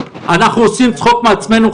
אנחנו עושים צחוק מעצמנו,